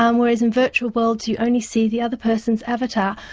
um whereas in virtual worlds you only see the other person's avatar.